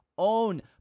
Own